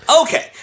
Okay